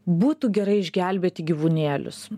būtų gerai išgelbėti gyvūnėlius